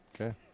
Okay